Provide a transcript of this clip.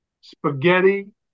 Spaghetti